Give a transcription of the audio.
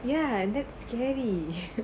ya that's scary